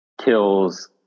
Kills